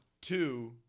Two